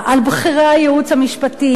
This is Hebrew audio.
על בכירי הייעוץ המשפטי,